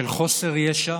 של חוסר ישע,